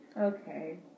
Okay